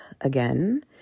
again